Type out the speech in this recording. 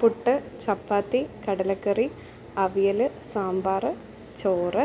പുട്ട് ചപ്പാത്തി കടലക്കറി അവിയൽ സാമ്പാറ് ചോറ്